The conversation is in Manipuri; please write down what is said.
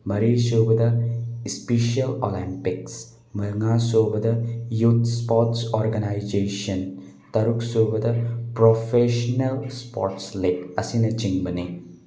ꯃꯔꯤꯁꯨꯕꯗ ꯏꯁꯄꯤꯁꯦꯜ ꯑꯣꯂꯦꯝꯄꯤꯛꯁ ꯃꯉꯥꯁꯨꯕꯗ ꯌꯨꯠ ꯏꯁꯄꯣꯔꯠ ꯑꯣꯔꯒꯅꯥꯏꯖꯦꯁꯟ ꯇꯔꯨꯛꯁꯨꯕꯗ ꯄ꯭ꯔꯣꯐꯦꯁꯅꯦꯜ ꯏꯁꯄꯣꯔꯠ ꯂꯤꯛ ꯑꯁꯤꯅꯆꯤꯡꯕꯅꯤ